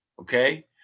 Okay